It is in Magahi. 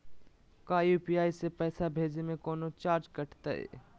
का यू.पी.आई से पैसा भेजे में कौनो चार्ज कटतई?